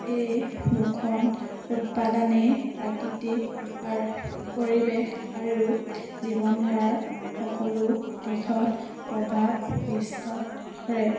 এই দুখন উৎপাদনেেই প্ৰাকৃতিক পৰিৱেশ আৰু জীৱনধাৰাৰ সকলো দিশত প্ৰভাৱ বিস্তাৰ কৰে